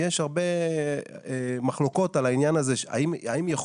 יש הרבה מחלוקות על העניין הזה של האם יכול